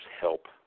help